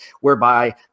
whereby